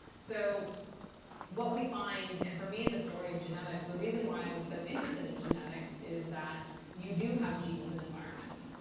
so what we find and for me, the story of genetics, the reason why i was so interested in genetics is that you do have genes and environment.